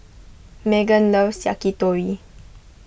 Meggan loves Yakitori